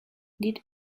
did